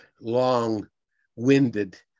long-winded